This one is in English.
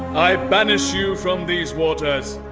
i banish you from these waters.